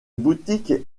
boutique